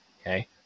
Okay